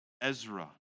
Ezra